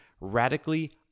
radically